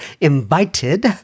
invited